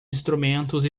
instrumentos